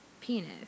penis